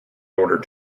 order